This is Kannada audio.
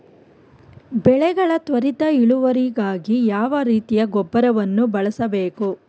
ಬೆಳೆಗಳ ತ್ವರಿತ ಇಳುವರಿಗಾಗಿ ಯಾವ ರೀತಿಯ ಗೊಬ್ಬರವನ್ನು ಬಳಸಬೇಕು?